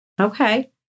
Okay